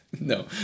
No